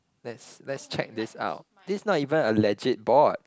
let's let's check this out this not even a legit board